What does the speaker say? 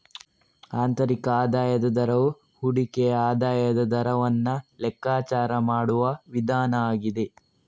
ಆಂತರಿಕ ಆದಾಯದ ದರವು ಹೂಡಿಕೆಯ ಆದಾಯದ ದರವನ್ನ ಲೆಕ್ಕಾಚಾರ ಮಾಡುವ ವಿಧಾನ ಆಗಿದೆ